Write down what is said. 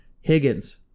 Higgins